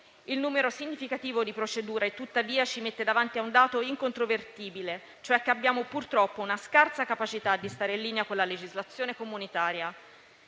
Il numero significativo di procedure, tuttavia, ci mette davanti a un dato incontrovertibile: abbiamo purtroppo una scarsa capacità di stare in linea con la legislazione comunitaria.